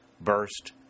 burst